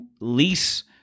lease